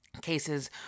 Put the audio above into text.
cases